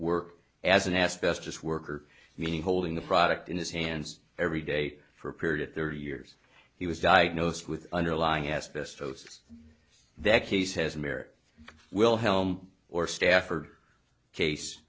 work as an asbestos worker meaning holding the product in his hands every day for a period of thirty years he was diagnosed with underlying asbestosis that case has merit wilhelm or stafford case